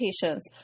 patients